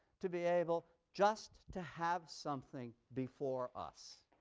to be able just to have something before us.